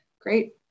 Great